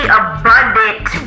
abundant